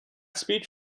speech